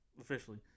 officially